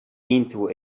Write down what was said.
into